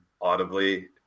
audibly